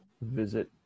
visit